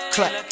Clap